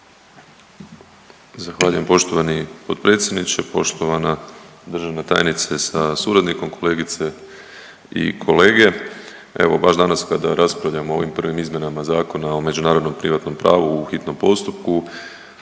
Zahvaljujem poštovani potpredsjedniče, poštovana državna tajnice sa suradnikom, kolegice i kolege. Evo baš danas kada raspravljamo o ovim prvim izmjenama Zakona o međunarodnom privatnom pravu u hitnom postupku,